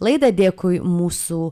laidą dėkui mūsų